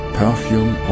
perfume